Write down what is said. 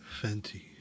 Fenty